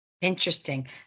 Interesting